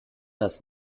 das